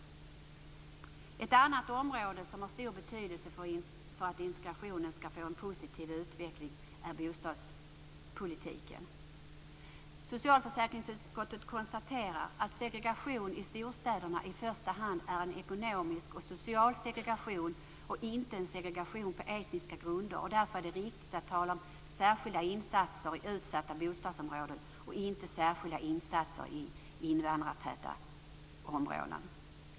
Ett annat område som har stor betydelse för att integrationen skall få en positiv utveckling är bostadspolitiken. Socialförsäkringsutskottet konstaterar att segregation i storstäderna i första hand är en ekonomisk och social segregation och inte en segregation på etniska grunder. Därför är det riktigt att tala om särskilda insatser i utsatta bostadsområden och inte särskilda insatser i invandrartäta områden.